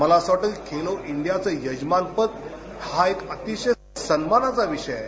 मला असं वाटतं खेलो इंडियाचं यजमान पद हा एक अतिशय सन्मानाचा विषय आहे